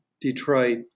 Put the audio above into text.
Detroit